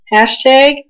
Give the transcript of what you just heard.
Hashtag